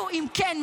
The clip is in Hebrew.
אם כן,